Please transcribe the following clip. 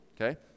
okay